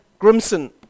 Grimson